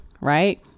right